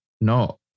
No